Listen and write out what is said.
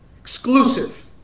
Exclusive